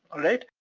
alright.